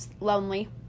lonely